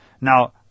Now